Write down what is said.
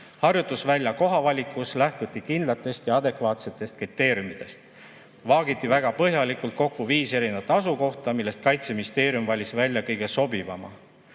Harjutusvälja koha valikus lähtuti kindlatest ja adekvaatsetest kriteeriumidest. Vaagiti väga põhjalikult kokku viit erinevat asukohta, millest Kaitseministeerium valis välja kõige sobivama.